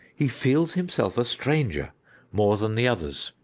he feels himself a stranger more than the others.